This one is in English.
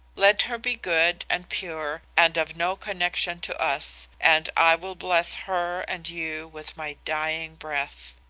let her be good and pure and of no connection to us, and i will bless her and you with my dying breath